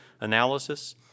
analysis